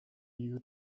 you